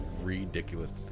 ridiculous